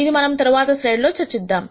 ఇది మనం తరువాత స్లైడ్ లో చర్చిద్దాం